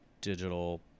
digital